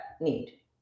need